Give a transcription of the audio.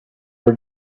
were